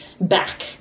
back